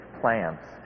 plants